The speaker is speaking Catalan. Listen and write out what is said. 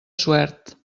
suert